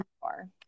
far